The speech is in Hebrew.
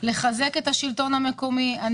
חשיבות רבה בחיזוק השלטון המקומי,